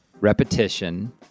repetition